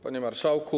Panie Marszałku!